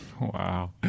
Wow